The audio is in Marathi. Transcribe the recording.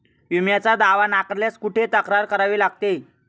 विम्याचा दावा नाकारल्यास कुठे तक्रार करावी लागते?